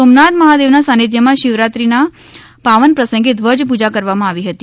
સોમનાથ મહાદેવનાં સાનિધ્યમાં શિવરાત્રીના પાવન પ્રસંગે ધ્વજ પૂજા કરવામાં આવી હતી